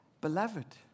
beloved